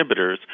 inhibitors